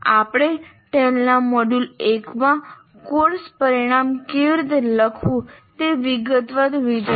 આપણે TALE ના module 1 માં કોર્સ પરિણામ કેવી રીતે લખવું તે વિગતવાર વિચાર્યું